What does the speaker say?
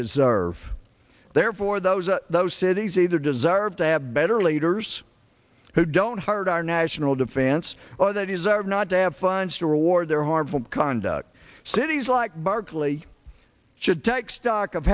deserve therefore those are those cities either deserve to have better leaders who don't hurt our national defense or that these are not to have funds to reward their harmful conduct cities like barkley should take stock of